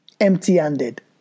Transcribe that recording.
empty-handed